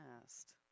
past